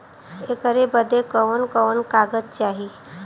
ऐकर बदे कवन कवन कागज चाही?